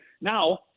Now